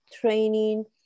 training